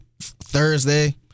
Thursday